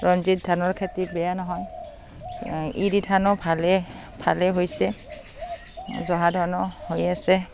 ৰঞ্জিত ধানৰ খেতি বেয়া নহয় ইৰি ধানো ভালে ভালে হৈছে জহা ধানো হৈ আছে